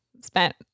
spent